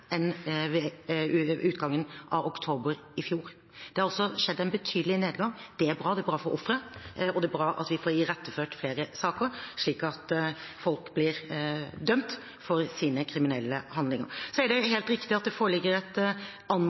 utgangen av oktober i fjor. Det har altså skjedd en betydelig nedgang. Det er bra. Det er bra for offeret, og det er bra at vi får iretteført flere saker, slik at folk blir dømt for sine kriminelle handlinger. Så er det helt riktig at det foreligger et